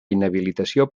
inhabilitació